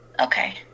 Okay